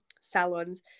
salons